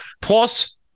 Plus